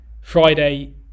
Friday